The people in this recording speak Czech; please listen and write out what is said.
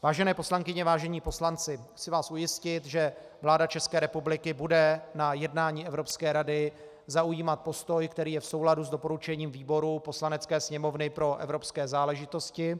Vážené poslankyně, vážení poslanci, chci vás ujistit, že vláda České republiky bude na jednání Evropské rady zaujímat postoj, který je v souladu s doporučením výboru Poslanecké sněmovny pro evropské záležitosti.